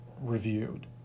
reviewed